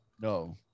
No